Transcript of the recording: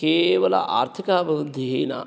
केवलम् आर्थिकाभिवृद्धिः न